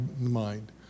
mind